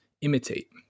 imitate